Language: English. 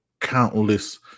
countless